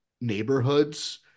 neighborhoods